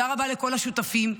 תודה רבה לכל השותפים.